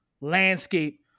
landscape